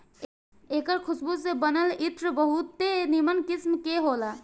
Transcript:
एकर खुशबू से बनल इत्र बहुते निमन किस्म के होला